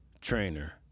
trainer